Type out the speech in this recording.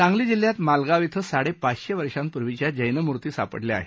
सांगली जिल्ह्यात मालगाव इथं साडेपाचशे वर्षांपूर्वीच्या जैनमूर्ती सापडल्या आहेत